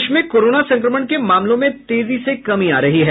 देश में कोरोना संक्रमण के मामलों में तेजी से कमी आयी है